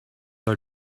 are